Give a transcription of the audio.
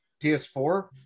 PS4